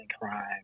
crime